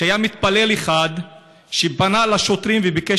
שהיה מתפלל אחד שפנה אל השוטרים וביקש